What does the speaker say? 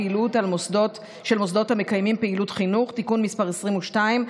פעילות של מוסדות המקיימים פעילות חינוך) (תיקון מס' 22),